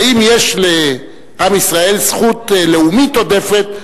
האם יש לעם ישראל זכות לאומית עודפת,